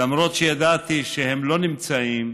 למרות שידעתי שהם לא נמצאים,